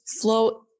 flow